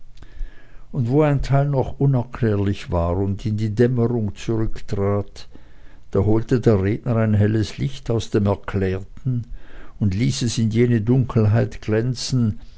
und wo ein teil noch unerklärlich war und in die dämmerung zurücktrat da holte der redner ein helles licht aus dem erklärten und ließ es in jene dunkelheit glänzen